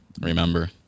Remember